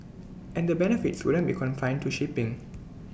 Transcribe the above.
and the benefits wouldn't be confined to shipping